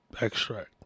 extract